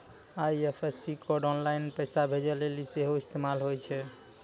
IFSC code online पैसा भेजै लेली सेहो इस्तेमाल होय छै